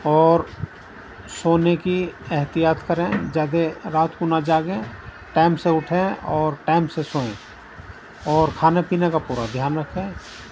اور سونے کی احتیاط کریں زیادہ رات کو نہ جاگیں ٹائم سے اٹھیں اور ٹائم سے سوئیں اور کھانے پینے کا پورا دھیان رکھیں